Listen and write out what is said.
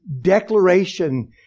declaration